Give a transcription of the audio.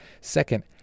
Second